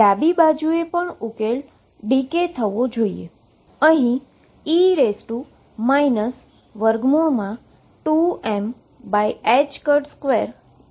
ડાબી બાજુએ પણ ઉકેલ ડીકે થવો જોઈએ